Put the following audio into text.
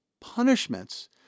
punishments